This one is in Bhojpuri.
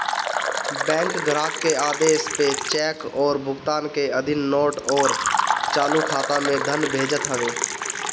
बैंक ग्राहक के आदेश पअ चेक अउरी भुगतान के अधीन नोट अउरी चालू खाता में धन भेजत हवे